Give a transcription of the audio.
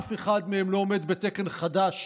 אף אחד מהם לא עומד בתקן חדש